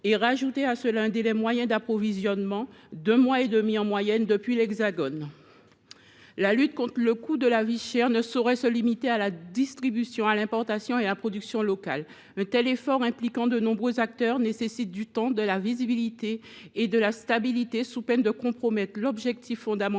faut ajouter à cela un délai moyen d’approvisionnement d’un mois et demi en moyenne depuis l’Hexagone. La lutte contre le coût de la vie chère ne saurait se limiter à la distribution, l’importation et la production locale. Un tel effort, qui implique de nombreux acteurs, nécessite du temps, de la visibilité et de la stabilité, faute de quoi l’objectif fondamental